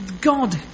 God